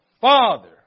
father